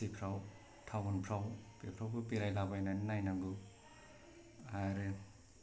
city फोराव town फोराव बेफोरावबो बेरायलाबायनानै नायनांगौ आरो